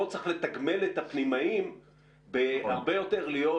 פה צריך לתגמל את הפנימאים הרבה יותר להיות